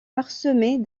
parsemée